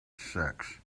sex